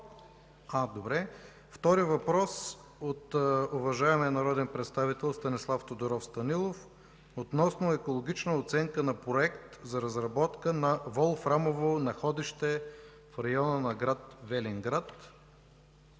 дуплика. Втори въпрос от уважаемия народен представител Станислав Тодоров Станилов относно екологична оценка на Проект за разработка на волфрамово находище в района на град Велинград.